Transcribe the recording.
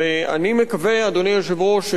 אדוני היושב-ראש,